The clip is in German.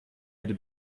erde